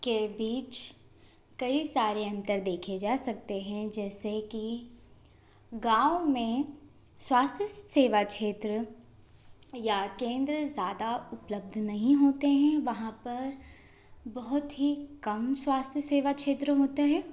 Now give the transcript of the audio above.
के बीच कई सारे अंतर देखे जा सकते हैं जैसे कि गाँव में स्वास्थ्य सेवा क्षेत्र या केंद्र ज़्यादा उपलब्ध नहीं होते हैं वहाँ पर बहुत ही कम स्वास्थ्य सेवा क्षेत्र होते हैं